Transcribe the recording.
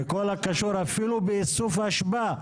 בכל הקשור אפילו באיסוף אשפה.